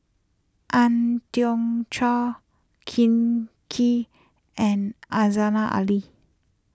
Ang Hiong Chiok Ken Kee and asana Ali